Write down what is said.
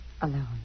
alone